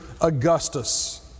Augustus